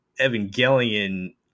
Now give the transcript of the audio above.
Evangelion